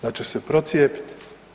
Da će se procijepiti.